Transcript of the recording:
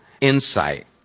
insight